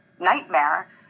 nightmare